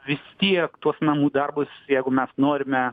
vis tiek tuos namų darbus jeigu mes norime